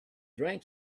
drank